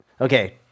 okay